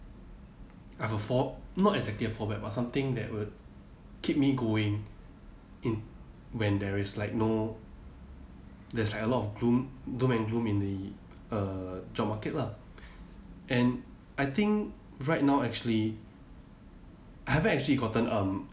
I've a fa~ not exactly a fall back but something that would keep me going in when there is like no there's like a lot of gloom doom and gloom in the uh job market lah and I think right now actually I haven't actually gotten um